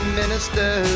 minister